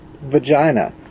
vagina